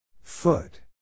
Foot